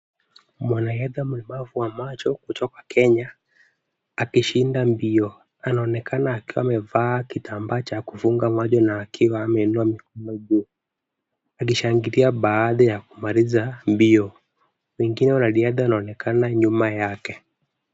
Mwanariadha mlemavu wa macho kutoka Kenya , akishinda mbio. Anaonekana akiwa amevaa kitambaa cha kufunga macho na akiwa ameinuwa mikono juu ,akishangilia baada ya kumaliza mbio. Wengine wanariadha wanaonekana nyuma yake.